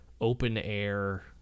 open-air